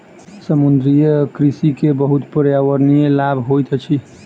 समुद्रीय कृषि के बहुत पर्यावरणिक लाभ होइत अछि